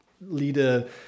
leader